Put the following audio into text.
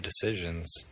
decisions